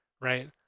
right